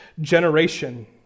generation